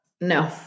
No